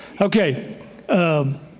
Okay